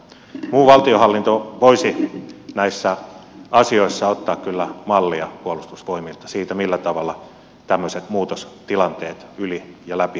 muu valtionhallinto voisi näissä asioissa ottaa kyllä mallia puolustusvoimilta siinä millä tavalla tämmöiset muutostilanteet yli ja läpi viedään